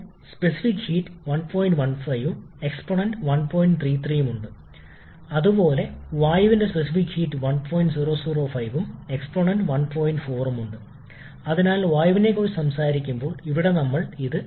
നമ്മൾ വരയ്ക്കുന്ന അതേ പിവി ഡയഗ്രം എന്നാൽ വർക്ക് ഇൻപുട്ട് ആവശ്യകത ഇതുപോലുള്ള ഒരു പ്രൊജക്ഷൻ അല്ല കാരണം നമ്മൾ ∫Pdv യെക്കുറിച്ച് സംസാരിക്കുമ്പോൾ ഇത് ശരിയാണ്